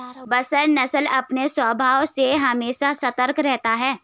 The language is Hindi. बसरा नस्ल अपने स्वभाव से हमेशा सतर्क रहता है